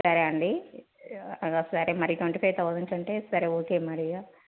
సరే అండి సరే మరి ట్వంటీ ఫైవ్ థౌజండ్స్ అంటే సరే ఓకే మరి ఇక